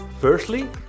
Firstly